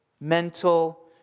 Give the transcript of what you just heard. mental